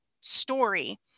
story